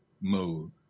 mode